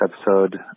episode